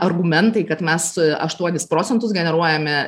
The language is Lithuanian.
argumentai kad mes aštuonis procentus generuojame